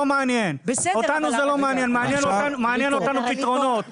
מעניין אותנו לקבל פתרונות.